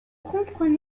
comprenons